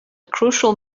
crucial